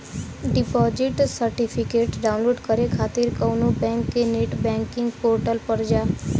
deposit certificate download करे खातिर कउनो बैंक के नेट बैंकिंग पोर्टल पर जा